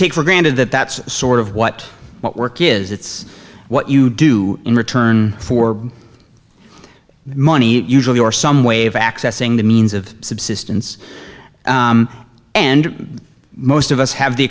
take for granted that that's sort of what what work is it's what you do in return for money usually or some way of accessing the means of subsistence and most of us have the